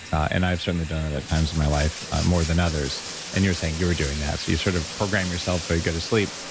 and i've certainly done it at times in my life more than others and you're saying you were doing that, so you sort of program yourself or you go to sleep.